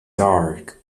dark